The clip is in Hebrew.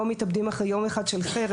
לא מתאבדים אחרי יום של חרם,